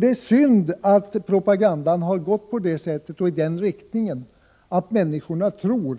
Det är synd att propagandan har varit sådan att människorna tror